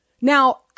Now—